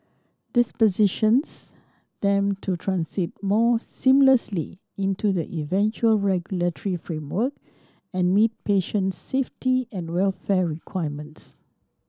this positions them to transit more seamlessly into the eventual regulatory framework and meet patient safety and welfare requirements